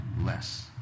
less